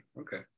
Okay